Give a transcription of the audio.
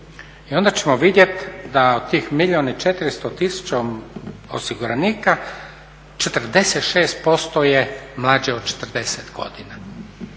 i onda ćemo vidjeti da od tih milijun i 400 tisuća osiguranika 46% je mlađe od 40 godina.